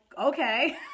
okay